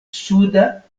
suda